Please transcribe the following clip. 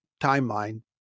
timeline